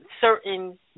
certain